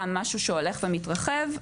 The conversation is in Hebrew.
גם משהו שהולך ומתרחב.